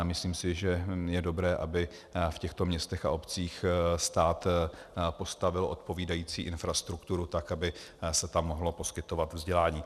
Myslím si, že je dobré, aby v těchto místech a obcích stát postavil odpovídající infrastrukturu tak, aby se tam mohlo poskytovat vzdělání.